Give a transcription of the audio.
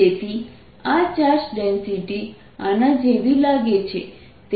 તેથી આ charge density આના જેવી લાગે છે